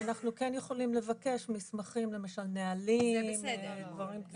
אנחנו כן יכולים לבקש מסמכים, נהלים ודברים כאלה.